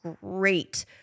great